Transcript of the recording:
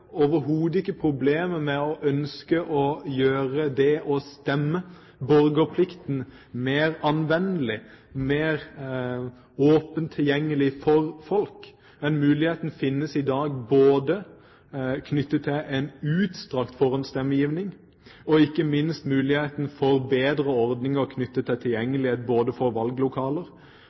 overhodet ikke problemet med å ønske å gjøre det å stemme, borgerplikten, mer anvendelig, mer åpent tilgjengelig for folk. Den muligheten finnes i dag, både knyttet til en utstrakt forhåndsstemmegivning og muligheten for bedre ordninger knyttet til tilgjengelighet når det gjelder valglokaler